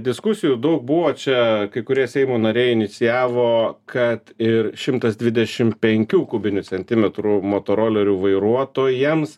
diskusijų du buvo čia kai kurie seimo nariai inicijavo kad ir šimtas dvidešim penkių kubinių centimetrų motorolerių vairuotojams